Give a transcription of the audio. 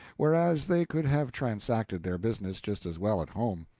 whereas they could have transacted their business just as well at home.